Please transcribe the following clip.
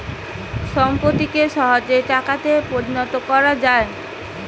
সম্পত্তিকে সহজে টাকাতে পরিণত কোরা যায়